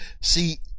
See